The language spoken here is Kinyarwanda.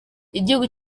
igihugu